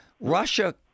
Russia